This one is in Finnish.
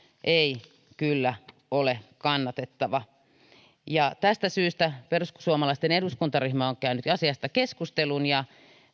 ei kyllä ole kannatettava tästä syystä perussuomalaisten eduskuntaryhmä on käynyt asiasta keskustelun ja